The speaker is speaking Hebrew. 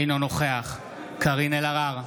אינו נוכח קארין אלהרר,